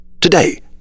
Today